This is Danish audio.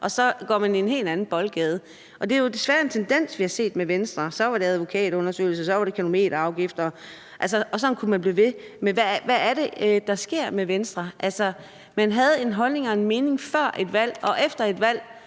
og så går man i en helt anden retning. Og det er jo desværre en tendens, vi har set hos Venstre – så var det advokatundersøgelser, så var det kilometerafgifter, og sådan kunne man blive ved. Men hvad er det, der sker med Venstre? Altså, man havde en holdning før et valg, og efter et valg